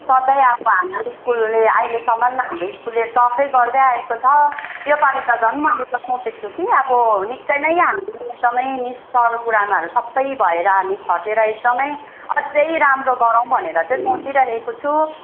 सधैँ अब हाम्रो स्कुलले अहिलेसम्म अब हाम्रो स्कुलले टपै गर्दै आएको छ योपालि त झन् मैले त सोचेको छु कि आब निक्कै नै अब हाम्रो एकदमै सरगुरुमाहरू सबै भएर हामी खटेर एकदमै अझै राम्रो गरौँ भनेर चाहिँ सोचिराखेको छु